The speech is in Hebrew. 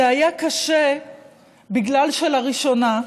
זה היה קשה בגלל שלראשונה,